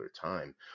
time